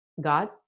God